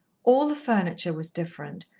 all the furniture was different,